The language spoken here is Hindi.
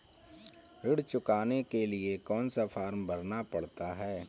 ऋण चुकाने के लिए कौन सा फॉर्म भरना पड़ता है?